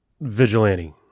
vigilante